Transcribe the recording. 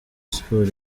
sports